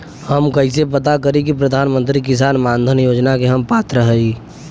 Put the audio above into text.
हम कइसे पता करी कि प्रधान मंत्री किसान मानधन योजना के हम पात्र हई?